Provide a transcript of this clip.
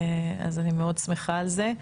אז אני מאוד שמחה על זה.